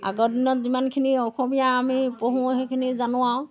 আগৰ দিনত যিমানখিনি অসমীয়া আমি পঢ়োঁ সেইখিনি জানোঁ আৰু